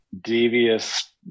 devious